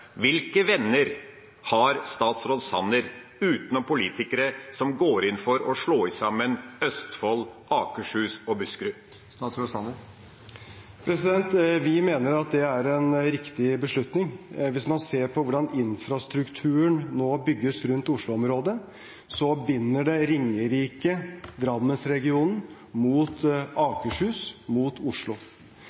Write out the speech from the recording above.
Hvilke venner har statsråd Sanner – utenom politikere – som går inn for å slå sammen Østfold, Akershus og Buskerud? Vi mener at det er en riktig beslutning. Hvis man ser på hvordan infrastrukturen nå bygges rundt Oslo-området, ser man at det binder Ringerike og Drammensregionen opp mot Akershus og opp mot Oslo.